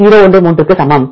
013 க்கு சமம்